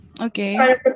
okay